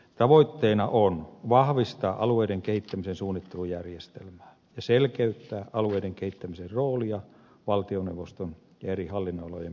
tavoitteena on vahvistaa alueiden kehittämisen suunnittelujärjestelmää ja selkeyttää alueiden kehittämisen roolia valtioneuvoston ja eri hallinnonalojen päätöksenteossa